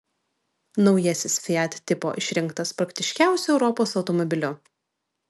naujasis fiat tipo išrinktas praktiškiausiu europos automobiliu